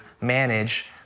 manage